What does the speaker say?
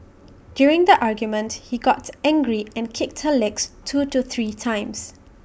during the argument he got angry and kicked her legs two to three times